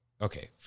Okay